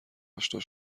آشنا